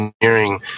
engineering